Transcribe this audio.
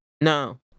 No